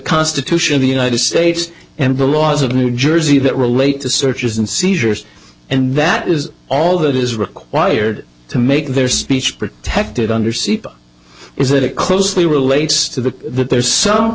constitution of the united states and the laws of new jersey that relate to searches and seizures and that is all that is required to make their speech protected under c p is that it closely relates to the there's some